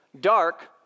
dark